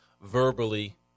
verbally